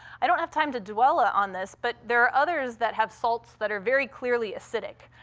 i don't have time to dwell ah on this, but there are others that have salts that are very clearly acidic.